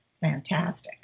fantastic